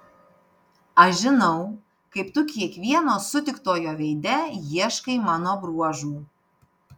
aš žinau kaip tu kiekvieno sutiktojo veide ieškai mano bruožų